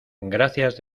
gracias